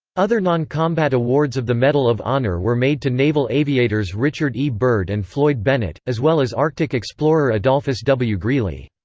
other noncombat awards of the medal of honor were made to naval aviators richard e. byrd and floyd bennett, as well as arctic explorer adolphus w. greely.